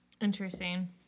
Interesting